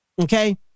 Okay